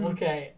Okay